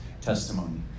testimony